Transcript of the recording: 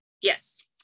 Yes